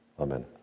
Amen